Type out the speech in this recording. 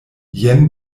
jen